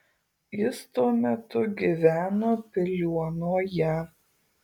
jis tuo metu gyveno piliuonoje